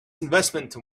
investment